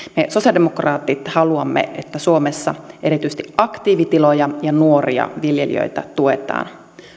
me sosialidemokraatit haluamme että suomessa erityisesti aktiivitiloja ja nuoria viljelijöitä tuetaan